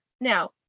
Now